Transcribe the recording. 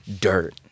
dirt